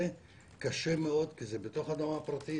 זה קשה מאוד כי זה בתוך אדמה פרטית.